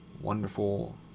wonderful